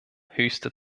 höchste